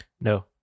No